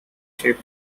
sheep